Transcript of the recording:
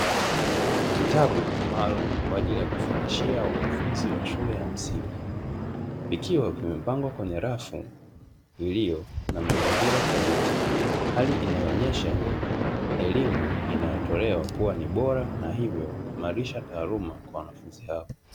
Vitabu maalumu kwa ajili ya kufundishia wanafunzi wa shule ya msingi. Ikiwa vimepangwa kwenye rafu iliyo na mazingira thabiti. Hali inayoonesha elimu inayotolewa kua ni bora hivyo kuimarisha taaluma kwa wanafunzi hao.